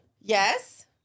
Yes